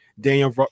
Daniel